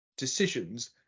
decisions